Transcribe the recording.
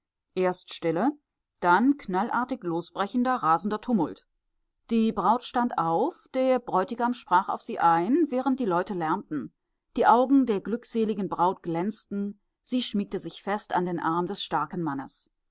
erst stille dann knallartig losbrechender rasender tumult die braut stand auf der bräutigam sprach auf sie ein während die leute lärmten die augen der glückseligen braut glänzten sie schmiegte sich fest an den arm des starken mannes